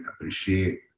appreciate